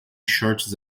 shorts